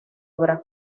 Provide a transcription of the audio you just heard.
obra